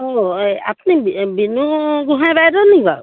অঁ এই আপুনি বিনু গোঁহাই বাইদেউ নেকি বাৰু